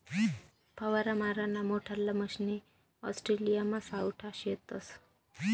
फवारा माराना मोठल्ला मशने ऑस्ट्रेलियामा सावठा शेतस